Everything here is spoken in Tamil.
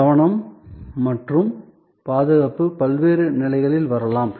கவனம் மற்றும் பாதுகாப்பு பல்வேறு நிலைகளில் வரலாம்